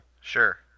Sure